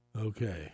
Okay